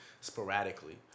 sporadically